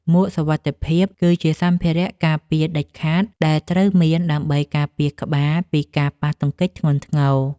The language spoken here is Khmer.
មួកសុវត្ថិភាព គឺជាសម្ភារៈការពារដាច់ខាតដែលត្រូវមាន ដើម្បីការពារក្បាលពីការប៉ះទង្គិចធ្ងន់ធ្ងរ។